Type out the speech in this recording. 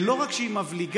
ולא רק שהיא מבליגה,